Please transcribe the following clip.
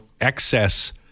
excess